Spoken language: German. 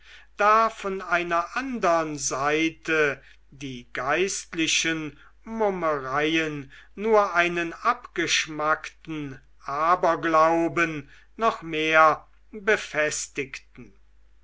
da von einer andern seite die geistlichen mummereien nur einen abgeschmackten aberglauben noch mehr befestigten